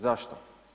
Zašto?